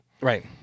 Right